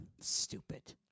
Stupid